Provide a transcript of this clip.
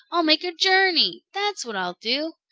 i'll make a journey! that's what i'll do!